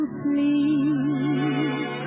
please